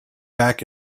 back